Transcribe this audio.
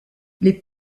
les